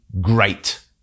great